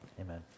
Amen